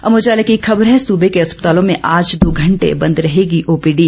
अमर उजाला की एक खबर है सूबे के अस्पतालों में आज दो घंटे बंद रहेंगी ओपीडी